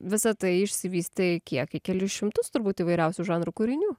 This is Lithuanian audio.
visa tai išsivystė į kiek į kelis šimtus turbūt įvairiausių žanrų kūrinių